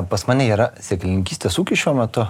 pas mane yra sėklininkystės ūkis šiuo metu